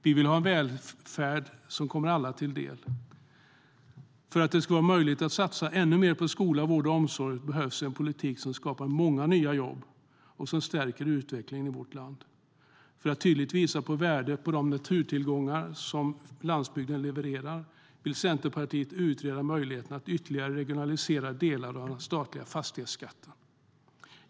Vi vill ha en välfärd som kommer alla till del. För att det ska vara möjligt att satsa ännu mer på skola, vård och omsorg behövs en politik som skapar många nya jobb och som stärker utvecklingen i vårt land. För att tydligt visa på värdet av de naturtillgångar som landsbygden levererar vill Centerpartiet utreda möjligheterna att ytterligare regionalisera delar av den statliga fastighetsskatten.